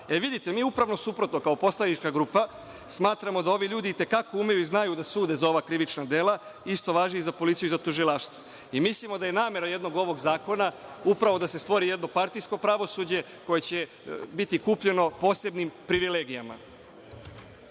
vidite, upravo suprotno, mi kao poslanička grupa smatramo da ovi ljudi i te kako umeju i znaju da sude za ova krivična dela, isto važi i za policiju i za tužilaštvo. Mislimo da je namera jednog ovog zakona upravo da se stvori jedno partijsko pravosuđe koje će biti kupljeno posebnim privilegijama. Možda